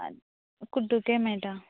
कुड्डूके मेळटा